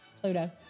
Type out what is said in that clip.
Pluto